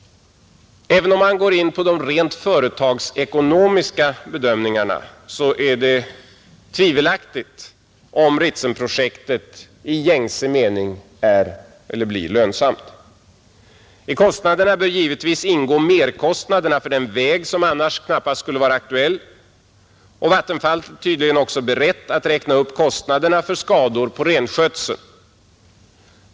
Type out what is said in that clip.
Även om man går in på de rent företagsekonomiska bedömningarna, är det tvivelaktigt om Ritsemprojektet i gängse mening blir lönsamt. I kostnaderna bör givetvis medtas merkostnaderna för den väg som annars knappast skulle vara aktuell, och Vattenfall är tydligen också berett att räkna upp kostnaderna för skador på renskötseln.